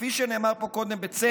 וכפי שנאמר פה קודם בצדק